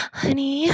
honey